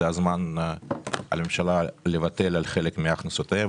על הממשלה לוותר על חלק מהכנסותיה,